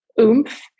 oomph